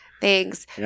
Thanks